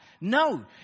No